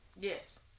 Yes